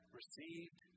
received